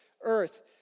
earth